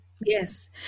Yes